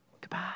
Goodbye